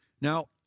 Now